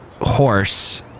horse